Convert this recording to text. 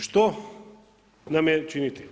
Što nam je činiti?